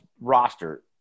roster